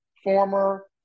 former